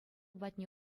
патне